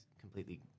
completely